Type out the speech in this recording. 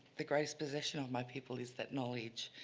the greatest possession of my people is that knowledge,